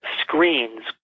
screens